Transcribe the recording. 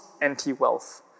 anti-wealth